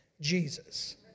Jesus